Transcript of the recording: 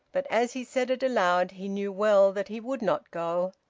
but as he said it aloud, he knew well that he would not go.